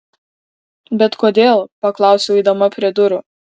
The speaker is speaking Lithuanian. bet kodėl paklausiau eidama prie durų